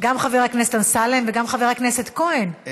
גם חבר הכנסת אמסלם וגם חבר הכנסת כהן,